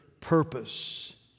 purpose